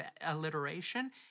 alliteration